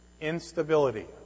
Instability